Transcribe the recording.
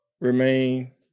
remain